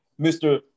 Mr